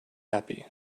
happy